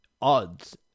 odds